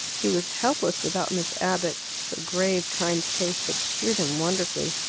he was helpless without miss abbott her grave, kind face had cheered him wonderfully,